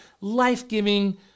life-giving